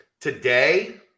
Today